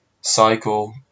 cycle